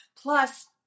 Plus